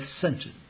sentence